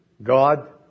God